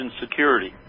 security